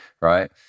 Right